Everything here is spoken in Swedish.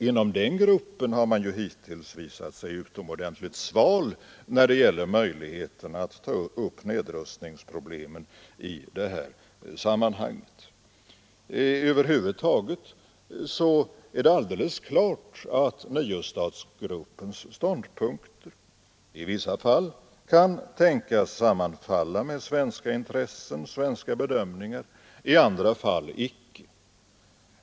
Inom den gruppen har man ju hittills visat sig utomordentligt sval när det gäller möjligheterna att ta upp nedrustningsproblemen i det här sammanhanget. Över huvud taget är det alldeles klart att niostatsgruppens ståndpunkter i vissa fall kan tänkas sammanfalla med svenska intressen, svenska bedömningar — i andra fall icke.